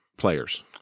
players